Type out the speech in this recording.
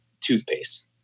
toothpaste